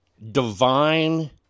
divine